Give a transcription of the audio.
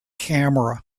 camera